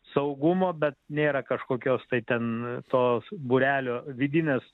saugumo bet nėra kažkokios tai ten tos būrelio vidinės